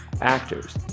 actors